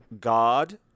God